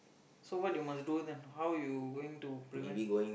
so what you must do then how you going to prevent